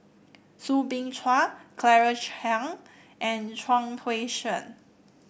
Soo Bin Chua Claire Chiang and Chuang Hui Tsuan